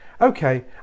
okay